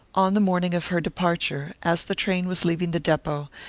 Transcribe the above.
on the morning of her departure, as the train was leaving the depot,